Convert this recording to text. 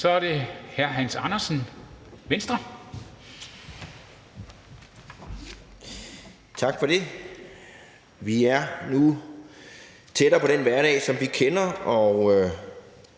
(Ordfører) Hans Andersen (V): Tak for det. Vi er nu tættere på den hverdag, som vi kender.